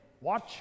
Watch